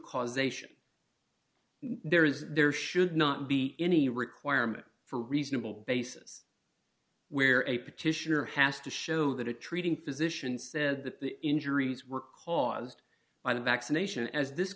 causation there is there should not be any requirement for reasonable basis where a petitioner has to show that a treating physician said that the injuries were caused by the vaccination as this